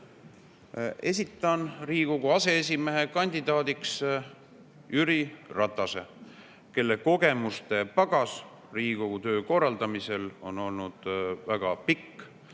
Esitan Riigikogu aseesimehe kandidaadiks Jüri Ratase, kelle kogemustepagas Riigikogu töö korraldamisel on väga